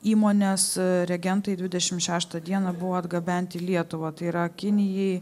įmonės reagentai dvidešimt šeštą dieną buvo atgabenti į lietuvą tai yra kinijai